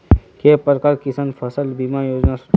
के प्रकार किसान फसल बीमा योजना सोचें?